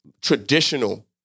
traditional